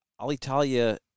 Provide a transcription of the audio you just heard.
Alitalia